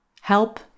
Help